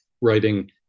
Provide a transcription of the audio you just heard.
writing